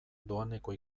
doaneko